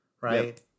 right